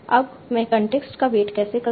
अब मैं कॉन्टेक्स्ट का वेट कैसे करूं